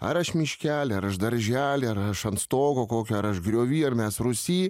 ar aš miškely ar aš daržely ar aš ant stogo kokio ar aš griovy ar mes rūsy